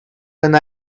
when